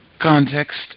Context